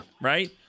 right